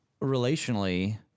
relationally